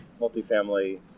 multifamily